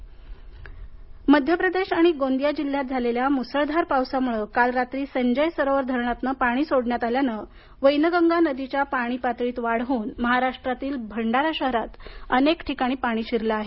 पूर भंडारा मध्यप्रदेश आणि गोंदिया जिल्ह्यात झालेल्या मुसळधार पावसामुळे काल रात्री संजय सरोवर धरणातून पाणी सोडण्यात आल्यानं वैनगंगा नदीच्या पाणी पातळीत वाढ होऊन महाराष्ट्रातील भंडारा शहरातील अनेक भागात पाणी शिरलं आहे